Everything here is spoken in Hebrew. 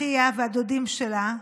אחיה והדודים שלה.